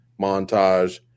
montage